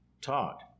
taught